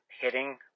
hitting